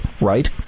right